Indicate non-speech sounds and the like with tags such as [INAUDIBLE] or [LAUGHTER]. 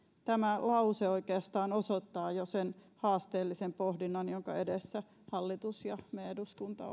tämä lause oikeastaan osoittaa jo sen haasteellisen pohdinnan jonka edessä hallitus ja me eduskunta [UNINTELLIGIBLE]